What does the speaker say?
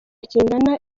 kingana